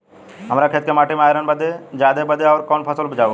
हमरा खेत के माटी मे आयरन जादे बा आउर कौन फसल उपजाऊ होइ?